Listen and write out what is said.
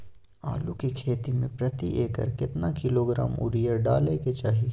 आलू के खेती में प्रति एकर केतना किलोग्राम यूरिया डालय के चाही?